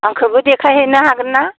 आंखौबो देखायहैनो हागोन ना